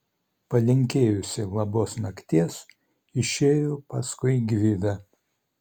palinkėjusi labos nakties išėjo paskui gvidą